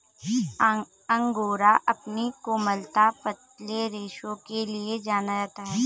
angora अपनी कोमलता, पतले रेशों के लिए जाना जाता है